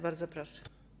Bardzo proszę.